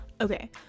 okay